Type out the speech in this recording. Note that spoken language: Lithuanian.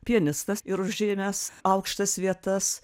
pianistas ir užėmęs aukštas vietas